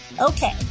Okay